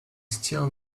still